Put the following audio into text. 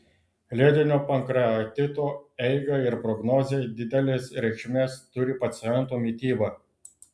lėtinio pankreatito eigai ir prognozei didelės reikšmės turi paciento mityba